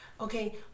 Okay